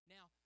Now